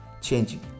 changing